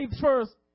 first